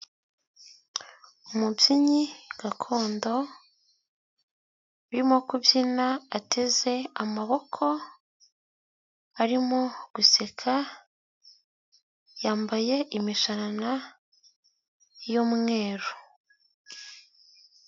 Umubyinnyi gakondo urimo kubyina ateze amaboko, arimo guseka yambaye imishanana y'umweru.